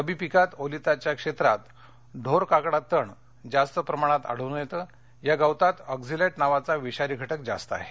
रब्बी पिकात ओलीताच्या क्षेत्रात ढोरकाकडा तण जास्त प्रमाणात आढळून येतं या गवतात ऑक्झलेट नावाचा विषारी घटक जास्त आहे